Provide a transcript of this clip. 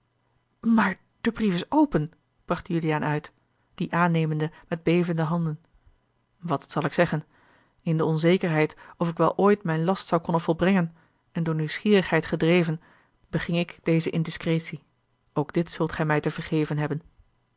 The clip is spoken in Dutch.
maar de brief is open bracht juliaan uit dien aannemende met bevende handen wat zal ik zeggen in de onzekerheid of ik wel ooit mijn last zou konnen volbrengen en door nieuwsgierigheid gedreven beging ik deze indiscretie ook dit zult gij mij te vergeven hebben